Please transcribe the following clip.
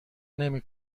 نمی